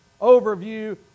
overview